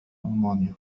ألمانيا